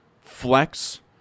flex